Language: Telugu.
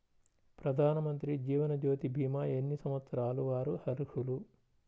ప్రధానమంత్రి జీవనజ్యోతి భీమా ఎన్ని సంవత్సరాల వారు అర్హులు?